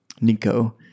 Nico